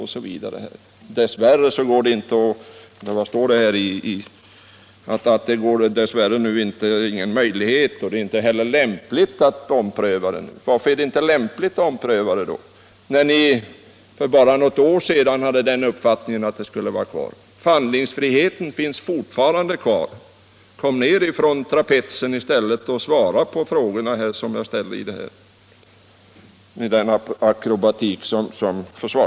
I svaret sägs att det nu inte är möjligt eller lämpligt att ompröva det beslut som riksdagen fattade våren 1975. Varför är det inte lämpligt att göra det? För bara något år sedan hade ni ju uppfattningen att flottiljen skulle vara kvar. Handlingsfriheten finns fortfarande. Kom ned från trapetsen och svara på de frågor som jag har ställt!